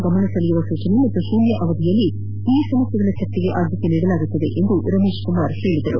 ಗಮನಸೆಳೆಯುವ ಸೂಚನೆ ಮತ್ತು ಪೂನ್ಯ ಅವಧಿಯಲ್ಲಿ ಈ ಸಮಸ್ನೆಗಳ ಚರ್ಚೆಗೆ ಆದ್ಯತೆ ನೀಡಲಾಗುವುದು ಎಂದು ರಮೇಶ್ ಕುಮಾರ್ ತಿಳಿಸಿದರು